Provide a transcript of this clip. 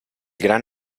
gran